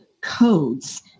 codes